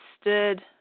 stood